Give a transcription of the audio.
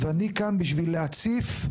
ואני כאן בשביל להציף,